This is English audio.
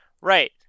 Right